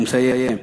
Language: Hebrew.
הוא מסיים,